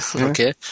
okay